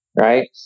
right